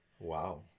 Wow